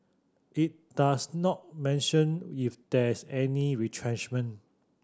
it does not mention if there's any retrenchment